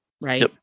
Right